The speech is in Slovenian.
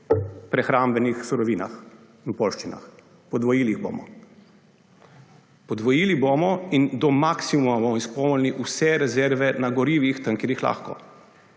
prehrambnih surovinah in poljščinah, podvojili jih bomo. Podvojili bomo in do maksimuma bomo izpolnili vse rezerve na gorivih tam, kjer jih lahko.